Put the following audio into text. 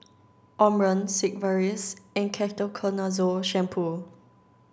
Omron Sigvaris and Ketoconazole shampoo